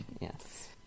Yes